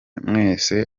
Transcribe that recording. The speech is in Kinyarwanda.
mwese